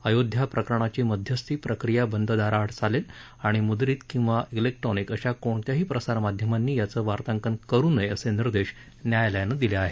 अयोध्या प्रकरणाची मध्यस्थी प्रक्रिया बंद दाराआड चालेल आणि मुद्रित किंवा क्रिक्ट्रॉनिक अशा कोणत्याही प्रसामाध्यमांनी याचं वार्तांकन करु नये असे निर्देश न्यायालयानं दिले आहेत